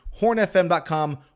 hornfm.com